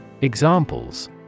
Examples